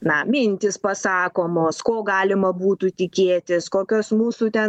na mintys pasakomos ko galima būtų tikėtis kokios mūsų ten